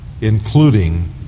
including